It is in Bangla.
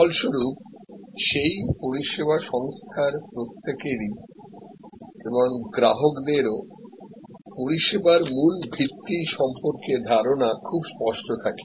ফলস্বরূপ সেই পরিষেবা সংস্থার প্রত্যেকেরই এবং গ্রাহকদেরও পরিষেবার মূল ভিত্তি সম্পর্কে ধারণা খুব স্পষ্ট থাকে